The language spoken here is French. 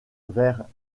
vers